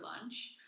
lunch